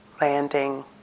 landing